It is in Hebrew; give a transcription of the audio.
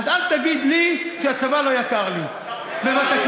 אז אל תגיד לי שהצבא לא יקר לי, בבקשה.